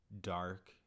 dark